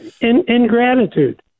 Ingratitude